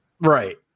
Right